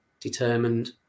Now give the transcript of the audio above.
determined